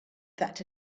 that